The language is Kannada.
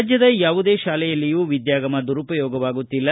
ರಾಜ್ಡದ ಯಾವುದೇ ಶಾಲೆಯಲ್ಲಿಯೂ ವಿದ್ಯಾಗಮ ದುರುಪಯೋಗವಾಗುತ್ತಿಲ್ಲ